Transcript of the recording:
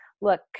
look